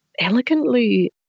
elegantly